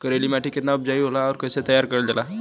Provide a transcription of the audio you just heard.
करेली माटी कितना उपजाऊ होला और कैसे तैयार करल जाला?